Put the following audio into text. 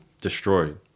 destroyed